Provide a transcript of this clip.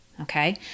Okay